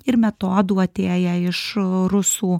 ir metodų atėję iš rusų